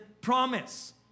promise